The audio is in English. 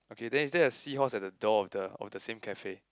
okay then is there a seahorse at the door of the of the same cafe